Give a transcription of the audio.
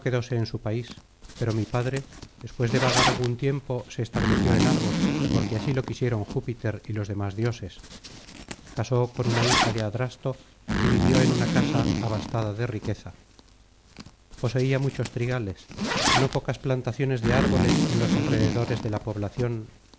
quedóse en su país pero mi padre después de vagar algún tiempo se estableció en argos porque así lo quisieron júpiter y los demás dioses casó con una hija de adrasto y vivió en una casa abastada de riqueza poseía muchos trigales no pocas plantaciones de árboles en los alrededores de la población